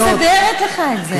לא, אני מסדרת לך את זה, אל תדאג.